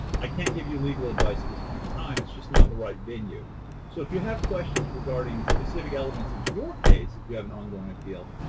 i can't give you legal advice at this point in time. it's just not the right venue so if you have questions regarding specific elements of your case, if you an ongoing appeal,